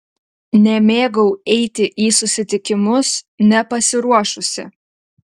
nemėgau eiti į susitikimus nepasiruošusi